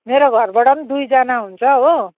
मेरो घरबाट दुईजना हुन्छ हो